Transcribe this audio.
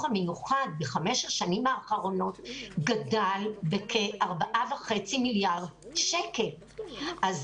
המיוחד גדל בכ-4.5 מיליארד שקל בחמש השנים האחרונות.